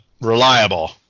Reliable